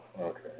okay